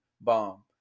bomb